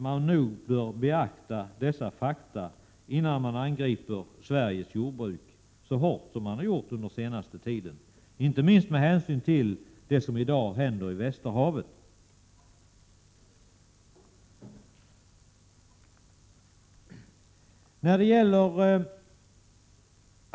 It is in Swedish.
Man bör beakta dessa fakta innan man angriper Sveriges jordbrukare så hårt som skett under senaste tiden, inte minst med hänsyn till det som i dag händer i Västerhavet.